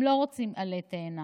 הם לא רוצים עלה תאנה,